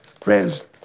Friends